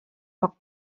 poc